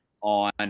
on